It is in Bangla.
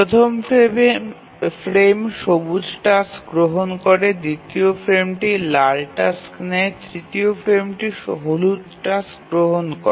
প্রথম ফ্রেম সবুজ টাস্ক গ্রহণ করে দ্বিতীয় ফ্রেমটি লাল টাস্ক নেয় তৃতীয় ফ্রেমটি হলুদ টাস্ক গ্রহণ করে